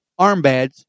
armbands